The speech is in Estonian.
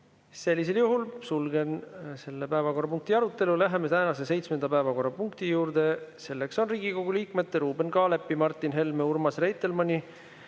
Sellisel juhul sulgen selle päevakorrapunkti arutelu. Läheme tänase seitsmenda päevakorrapunkti juurde. See on Riigikogu liikmete Ruuben Kaalepi, Martin Helme, Urmas Reitelmanni,